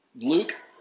Luke